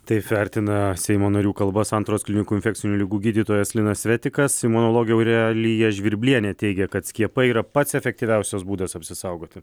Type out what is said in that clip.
taip vertina seimo narių kalbas santaros klinikų infekcinių ligų gydytojas linas svetikas imunologė aurelija žvirblienė teigia kad skiepai yra pats efektyviausias būdas apsisaugoti